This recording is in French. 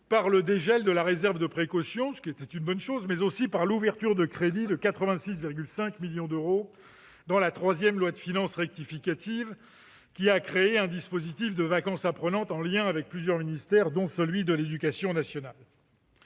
par le dégel de la réserve de précaution, mais aussi par une ouverture de crédits de 86,5 millions d'euros dans la troisième loi de finances rectificative, qui a créé un dispositif de « vacances apprenantes » en lien avec plusieurs ministères, dont celui de l'éducation nationale.